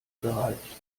gereicht